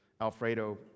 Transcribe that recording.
Alfredo